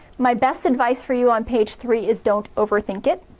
my best advice for you on page three is don't over-think it.